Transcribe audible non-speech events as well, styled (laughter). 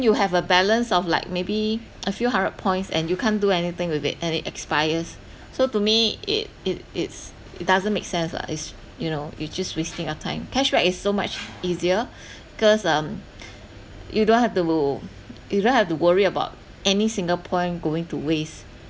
you have a balance of like maybe (noise) a few hundred points and you can't do anything with it and it expires so to me it it it's it doesn't make sense lah is you know you just wasting your time cashback is so much easier (breath) cause um you don't have to you don't have to worry about any single point going to waste